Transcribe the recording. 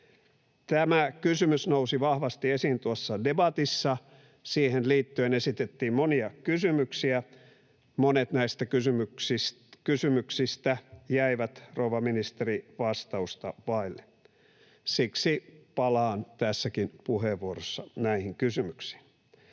Tämä kysymys nousi vahvasti esiin tuossa debatissa, ja siihen liittyen esitettiin monia kysymyksiä. Monet näistä kysymyksistä jäivät, rouva ministeri, vastausta vaille. Siksi palaan tässäkin puheenvuorossa näihin kysymyksiin.